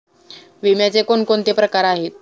विम्याचे कोणकोणते प्रकार आहेत?